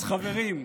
אז חברים,